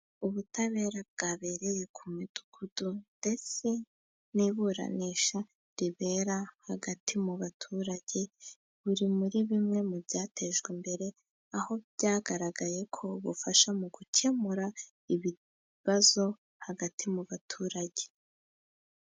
Ubutabera bwabereye ku midugudu ndetse n'iburanisha ribera hagati mu baturage, buri muri bimwe mu byatejwe imbere aho byagaragayeko bufasha, mu gukemura ibibazo hagati mu baturage.